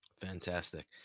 Fantastic